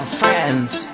friends